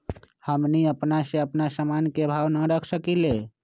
हमनी अपना से अपना सामन के भाव न रख सकींले?